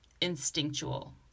instinctual